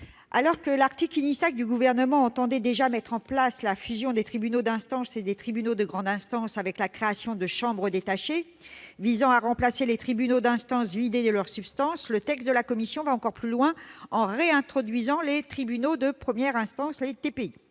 de l'article, entendait déjà mettre en place la fusion des tribunaux d'instance et des tribunaux de grande instance avec la création de « chambres détachées », qui ont pour vocation de remplacer les tribunaux d'instance vidés de leur substance, le texte de la commission va encore plus loin en réintroduisant les « tribunaux de première instance », les TPI.